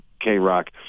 K-Rock